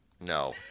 no